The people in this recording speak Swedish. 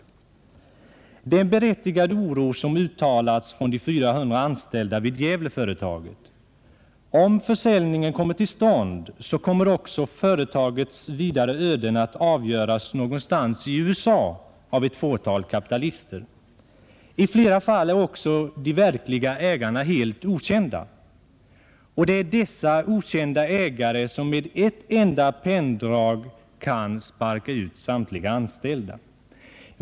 Det är en berättigad oro som kommit till uttryck från de 400 anställda vid Gävleföretaget. Om försäljningen blir av kommer företagets vidare öden att avgöras någonstans i USA av ett fåtal kapitalister. I flera fall är också de verkliga ägarna okända, och det är dessa okända ägare som med ett enda penndrag kan sparka ut samtliga anställda.